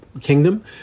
kingdom